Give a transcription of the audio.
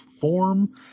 form